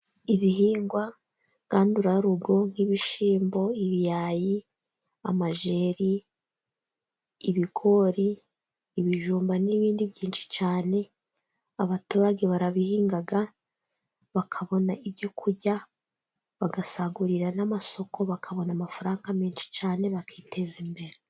Ibihingwa ngandurarugo nk'ibishyimbo, ibirayi, amajeri, ibigori, ibijumba n'ibindi byinshi cyane abaturage barabihinga bakabona ibyo kurya, bagasagurira n'amasoko bakabona amafaranga menshi cyane bakiteza imbere.